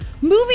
Movie